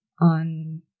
on